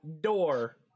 door